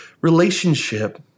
relationship